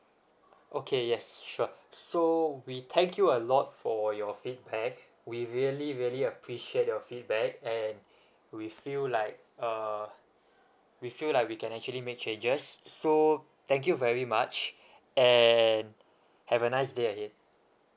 okay yes sure so we thank you a lot for your feedback we really really appreciate your feedback and we feel like uh we feel like we can actually make changes so thank you very much and have a nice day ahead